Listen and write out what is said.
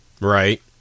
Right